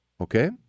Okay